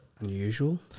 unusual